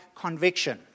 conviction